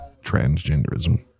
transgenderism